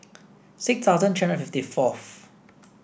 six thousand three hundred and fifty fourth